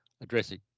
addressing